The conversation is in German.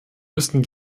müssen